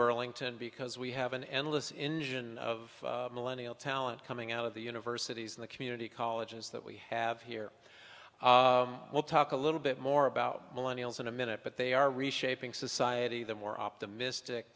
burlington because we have an endless engine of millennial talent coming out of the universities in the community colleges that we have here we'll talk a little bit more about millennial in a minute but they are reshaping society the more optimistic